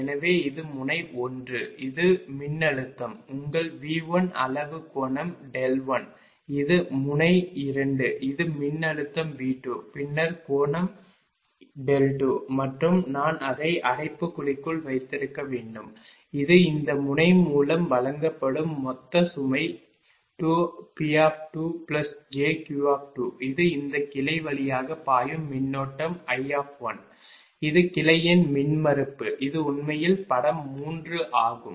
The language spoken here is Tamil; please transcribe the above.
எனவே இது முனை ஒன்று இது மின்னழுத்தம் உங்கள் V1 அளவு கோணம் 1 இது முனை 2 இது மின்னழுத்தம் V2 பின்னர் கோணம் 2 மற்றும் நான் அதை அடைப்புக்குறிக்குள் வைத்திருக்க வேண்டும் இது இந்த முனை மூலம் வழங்கப்படும் மொத்த சுமை 2 PjQ இது இந்த கிளை வழியாக பாயும் மின்னோட்டம் I இது கிளையின் மின்மறுப்பு இது உண்மையில் படம் 3 ஆகும்